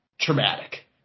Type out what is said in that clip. traumatic